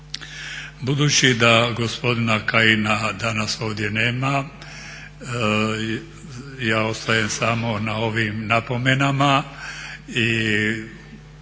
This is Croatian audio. Budući da gospodina Kajina danas ovdje nema ja ostajem samo na ovim napomenama i